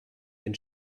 den